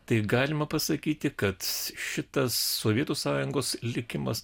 tai galima pasakyti kad šitas sovietų sąjungos likimas